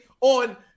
on